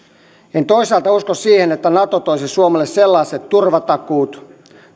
en toisaalta usko siihen että nato toisi suomelle sellaiset turvatakuut